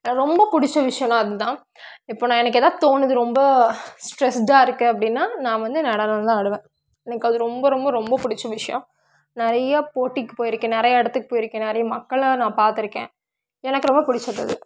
எனக்கு ரொம்ப பிடிச்ச விஷயனா அது தான் இப்போ நான் எனக்கு ஏதா தோணுது ரொம்ப ஸ்ட்ரெஸ்டாக இருக்கேன் அப்படின்னா நான் வந்து நடனம் தான் ஆடுவேன் எனக்கு அது ரொம்ப ரொம்ப ரொம்ப பிடிச்ச விஷயம் நிறைய போட்டிக்கு போயிருக்கேன் நிறைய எடத்துக்கு போயிருக்கேன் நிறைய மக்கள்லாம் நான் பார்த்துருக்கேன் எனக்கு ரொம்ப பிடிச்சது அது